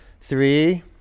Three